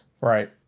Right